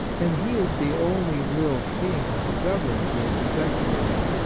and he is the only real king who governs it effectually.